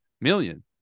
million